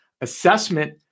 Assessment